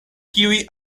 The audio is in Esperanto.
kiuj